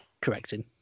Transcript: correcting